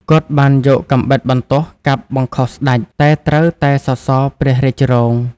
គាត់បានយកកាំបិតបន្ទោះកាប់បង្ខុសស្ដេច តែត្រូវតែសសរព្រះរាជរោង។